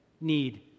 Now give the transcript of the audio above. need